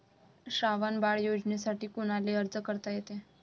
श्रावण बाळ योजनेसाठी कुनाले अर्ज करता येते?